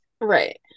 Right